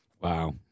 wow